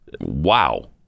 Wow